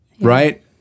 right